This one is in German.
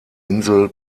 insel